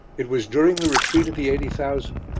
it was during the retreat of the eighty thousand,